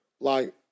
Like-